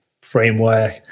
framework